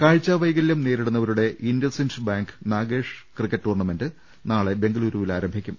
കാഴ്ച്ചാ വൈകലൃം നേരിടുന്നവരുടെ IndusInd bank Nagesh cricket tournament നാളെ ബെങ്കലൂരുവിൽ ആരംഭിക്കും